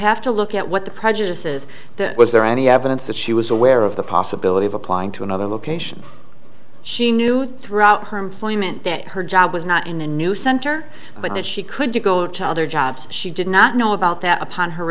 have to look at what the prejudices was there any evidence that she was aware of the possibility of applying to another location she knew throughout her employment that her job was not in the new center but that she could to go to other jobs she did not know about that upon her